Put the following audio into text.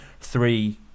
three